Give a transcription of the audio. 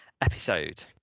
episode